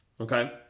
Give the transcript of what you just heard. Okay